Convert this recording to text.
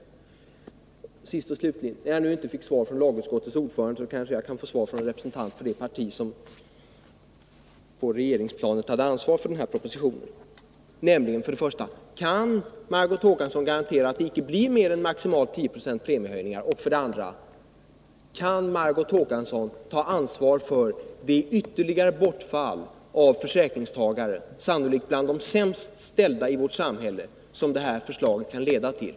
Till sist vill jag, eftersom jag inte fick svar från lagutskottets ordförande, ställa följande frågor till en representant för det parti som på regeringsplanet hade ansvar för propositionen: Kan Margot Håkansson för det första garantera att det inte blir mer än maximalt 10 96 premiehöjningar? Kan Margot Håkansson för det andra ta ansvar för det ytterligare bortfall av försäkringstagare, sannolikt bland de sämst ställda i vårt samhälle, som propositionens förslag kan leda till?